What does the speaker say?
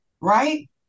Right